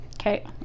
Okay